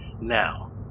Now